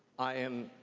i am,